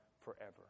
forever